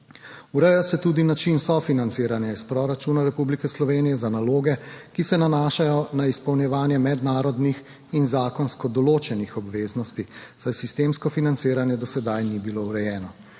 Ureja se tudi način sofinanciranja iz proračuna Republike Slovenije za naloge, ki se nanašajo na izpolnjevanje mednarodnih in zakonsko določenih obveznosti, saj sistemsko financiranje do sedaj ni bilo urejeno.